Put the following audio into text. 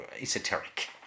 esoteric